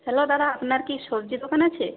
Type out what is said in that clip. hello দাদা আপনার কি সবজি দোকান আছে